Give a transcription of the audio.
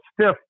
stiff